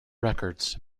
records